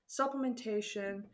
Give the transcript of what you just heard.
supplementation